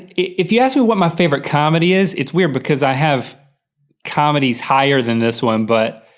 if you ask me what my favorite comedy is, it's weird because i have comedies higher than this one, but,